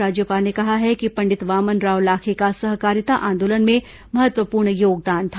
राज्यपाल ने कहा है कि पंडित वामनराव लाखे का सहकारिता आंदोलन में महत्वपूर्ण योगदान था